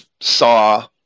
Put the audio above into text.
saw